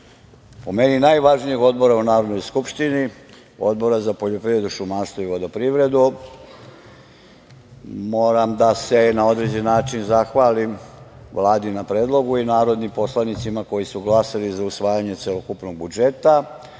po meni najvažnijeg odbora u Narodnoj skupštini, Odbora za poljoprivredu, šumarstvo i vodoprivredu, moram da se na određen način zahvalim Vladi na predlogu i narodnim poslanicima koji su glasali za usvajanje celokupnog budžeta